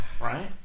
right